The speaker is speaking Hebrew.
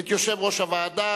את יושב-ראש הוועדה,